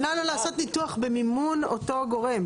שנה לא לעשות ניתוח במימון אותו גורם,